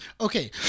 Okay